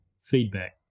feedback